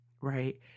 right